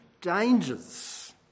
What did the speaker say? dangers